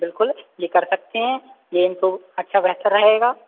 बिल्कुल ये कर सकते हैं ये तो अच्छा बेहतर रहेगा